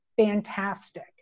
Fantastic